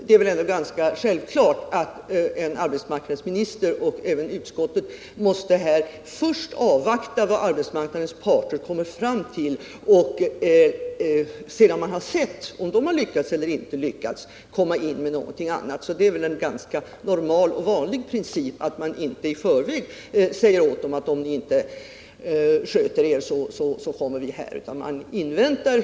Det är väl ändå ganska självklart att arbetsmarknadsministern och även utskottet måste avvakta vad arbetsmarknadens parter kommer fram till. Om de inte lyckas, får vi överväga vilka åtgärder vi bör vidta. Det är väl en vanlig princip att man inte i förväg säger till arbetsmarknadens parter att om ni inte sköter er så kommer vi att ingripa.